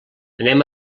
anem